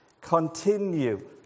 continue